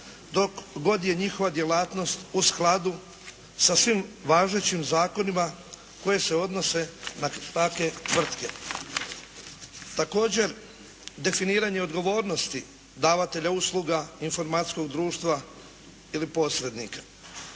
dok god je njihova djelatnost u skladu sa svim važećim zakonima koji se odnose na takve tvrtke. Također, definiranje odgovornosti davatelja usluga informacijskog društva ili posrednika.